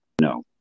No